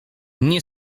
nie